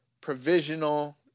Provisional